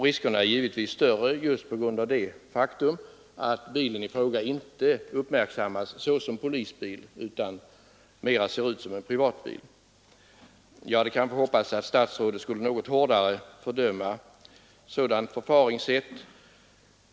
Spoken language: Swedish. Riskerna är givetvis större just på grund av det faktum att bilen i fråga inte uppmärksammas såsom polisbil utan mer ser ut som en privatbil. Jag hade hoppats att statsrådet kanske något hårdare skulle fördöma sådant förfaringssätt.